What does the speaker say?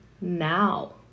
now